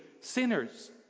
sinners